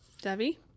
debbie